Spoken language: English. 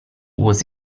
was